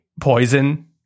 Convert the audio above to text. poison